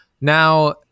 Now